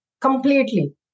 completely